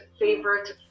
favorite